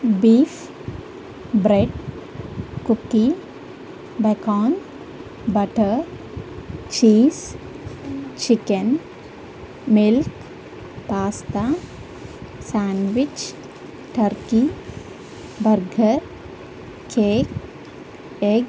beef bread cookie bacon butter cheese chicken milk pasta sandwich turkey burger cake egg